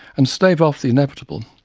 and stave off the inevitable.